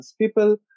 People